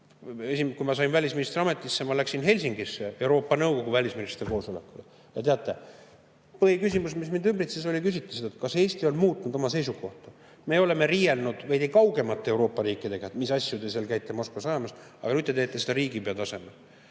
kui ma sain välisministri ametisse, ma läksin Helsingisse Euroopa Nõukogu välisministrite koosolekule, ja teate, põhiküsimus, mis minult küsiti, oli see: kas Eesti on muutnud oma seisukohta? Me oleme riielnud veidi kaugemate Euroopa riikidega, et mis asju te seal käite Moskvas ajamas, aga nüüd teeme seda ise riigipea tasemel.